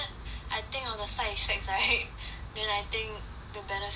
I think of the side effects right then I think the benefits